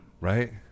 right